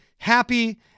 Happy